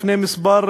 לפני כמה שבועות,